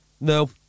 No